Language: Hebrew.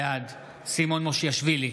בעד סימון מושיאשוילי,